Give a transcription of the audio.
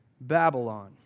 Babylon